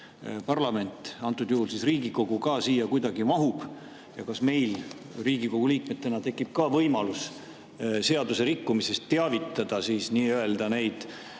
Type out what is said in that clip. parlament, antud juhul Riigikogu, ka siia kuidagi mahub? Ja kas meil Riigikogu liikmetena tekib ka võimalus seaduse rikkumisest teavitada nii-öelda